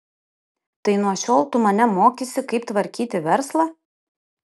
tai nuo šiol tu mane mokysi kaip tvarkyti verslą